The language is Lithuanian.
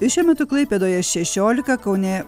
šiuo metu klaipėdoje šešiolika kaune